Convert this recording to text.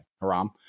haram